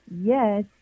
yes